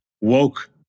woke